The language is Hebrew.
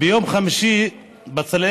ביום חמישי בצלאל